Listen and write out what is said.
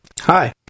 Hi